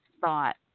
thought